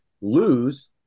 Lose